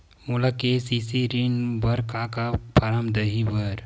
मोला के.सी.सी ऋण बर का का फारम दही बर?